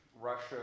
Russia